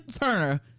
Turner